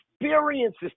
experiences